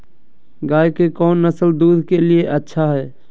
गाय के कौन नसल दूध के लिए अच्छा है?